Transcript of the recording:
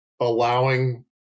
allowing